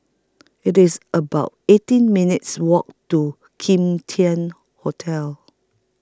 IT IS about eighteen minutes' Walk to Kim Tian Hotel